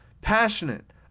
passionate